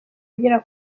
agera